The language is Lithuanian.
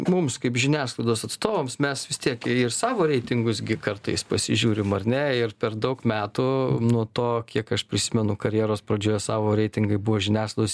mums kaip žiniasklaidos atstovams mes vis tiek ir savo reitingus gi kartais pasižiūrim ar ne ir per daug metų nuo to kiek aš prisimenu karjeros pradžioje savo reitingai buvo žiniasklaidos